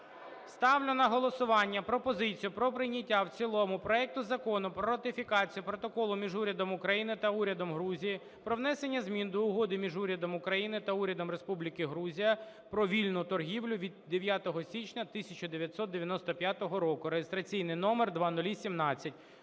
Ставлю на голосування пропозицію про прийняття в цілому проекту Закону про ратифікацію Протоколу між Урядом України та Урядом Грузії про внесення змін до Угоди між Урядом України та Урядом Республіки Грузія про вільну торгівлю від 9 січня 1995 року (реєстраційний номер 0017).